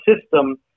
system